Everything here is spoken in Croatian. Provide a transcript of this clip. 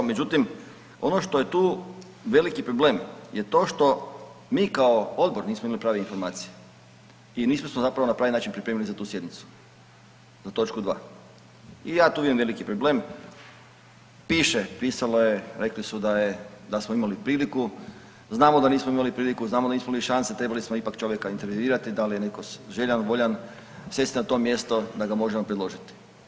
Međutim, ono što je tu veliki problem je to što mi kao odbor nismo imali prave informacije i nismo se zapravo na pravi način pripremili za tu sjednicu za točku 2. I ja tu vidim veliki problem, piše, pisalo je, rekli su da smo imali priliku, znamo da nismo imali priliku, znamo da nismo imali šanse, trebali smo ipak čovjeka intervjuirati da li je netko željan, voljan sjesti na to mjesto da ga možemo predložiti.